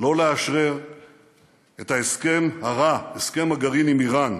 שלא לאשרר את ההסכם הרע, הסכם הגרעין עם איראן,